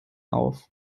auf